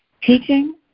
Teaching